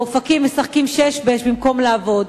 באופקים משחקים שש-בש במקום לעבוד,